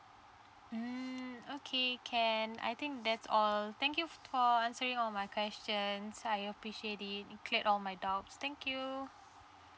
mm okay can I think that's all thank you for answering all my questions I appreciate it cleared of my doubts thank you